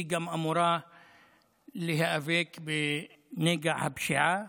היא גם אמורה להיאבק בנגע הפשיעה